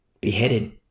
beheaded